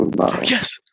Yes